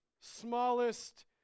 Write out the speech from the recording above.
smallest